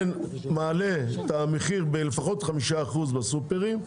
זה מעלה את המחיר לפחות ב-5% בסופרים.